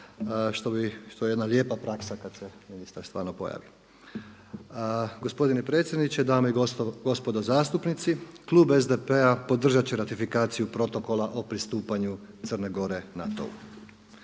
što je jedna lijepa praksa kada se ministar stvarno pojavi. Gospodine potpredsjedniče, dame i gospodo zastupnici. Klub SDP-a podržat će ratifikaciju protokola o pristupanju Crne Gore NATO-u.